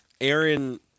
Aaron